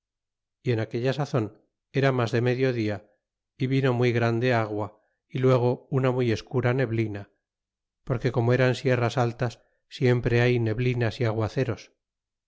y en aquella sazon era mas de medio dia y vino muy grande agua y luego una muy escura neblina porque como eran sierras altas siempre hay neblinas y aguaceros